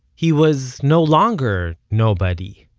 he was no longer nobody.